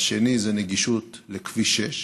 השני הוא נגישות של כביש 6,